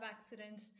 accident